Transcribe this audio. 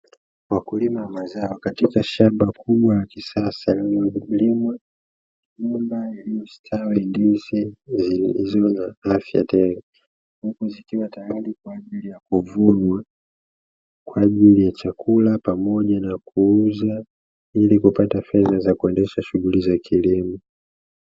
Wakulima wa mazao katika shamba kubwa la kisasa ya wakulima ikiwa na mti wa ndizi zilizo na afya tele, huku zikiwa tayari kwa ajili ya kuvunwa kwa ajili ya chakula pamoja na kuuza ili kupata fedha za kuendesha shughuli za kilimo.